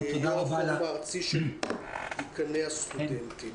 יו"ר הפורום הארצי של דיקני הסטודנטים.